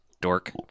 Dork